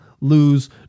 lose